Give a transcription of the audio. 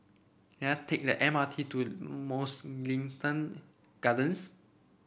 can I take the M R T to Mugliston Gardens